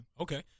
Okay